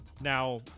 Now